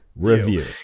review